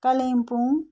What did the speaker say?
Kalimpong